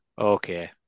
okay